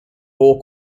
four